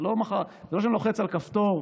זה לא שאני לוחץ על כפתור,